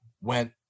went